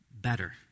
better